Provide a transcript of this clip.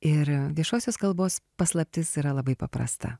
ir viešosios kalbos paslaptis yra labai paprasta